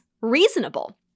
reasonable